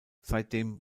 seitdem